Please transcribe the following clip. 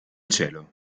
cielo